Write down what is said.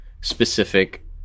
specific